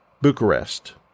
Bucharest